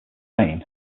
reign